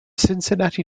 cincinnati